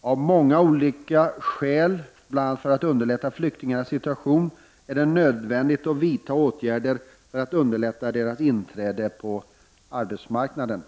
Av många olika skäl, bl.a. för att underlätta flyktingars situation, är det nödvändigt att det vidtas åtgärder för att främja deras inträde på arbetsmarknaden.